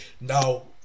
now